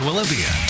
Olivia